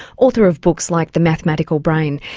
author of books like the mathematical brain.